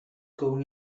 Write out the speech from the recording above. going